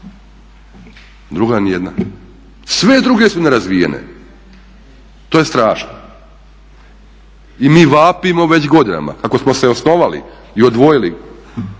Druga ni jedna. Sve druge su nerazvijene. To je strašno. I mi vapimo već godinama kako smo se osnovali i odvojili